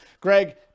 Greg